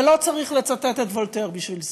ולא צריך לצטט את וולטר בשביל זה.